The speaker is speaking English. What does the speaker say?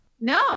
No